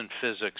physics